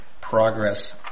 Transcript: progress